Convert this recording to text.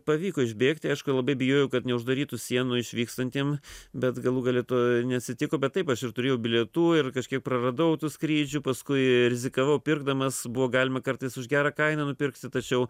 pavyko išbėgti aišku labai bijojau kad neuždarytų sienų išvykstantiem bet galų gale to neatsitiko bet taip aš ir turėjau bilietų ir kažkaip praradau tų skrydžių paskui rizikavau pirkdamas buvo galima kartais už gerą kainą nupirkti tačiau